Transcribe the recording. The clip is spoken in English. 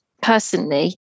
personally